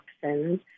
toxins